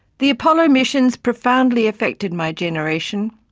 the apollo missions profoundly affected my generation.